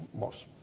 most.